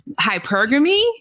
Hypergamy